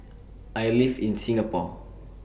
I live in Singapore